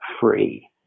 free